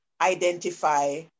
identify